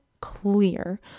clear